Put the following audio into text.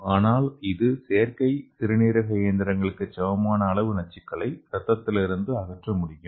ஆனால் இது செயற்கை சிறுநீரக இயந்திரங்களுக்கு சமமான அளவு நச்சுக்களை இரத்தத்திலிருந்து அகற்ற முடியும்